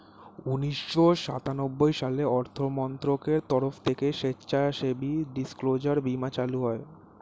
উন্নিশো সাতানব্বই সালে অর্থমন্ত্রকের তরফ থেকে স্বেচ্ছাসেবী ডিসক্লোজার বীমা চালু হয়